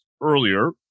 earlier